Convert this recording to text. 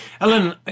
Ellen